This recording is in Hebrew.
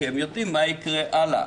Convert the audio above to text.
כי הם יודעים מה יקרה הלאה.